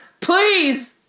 Please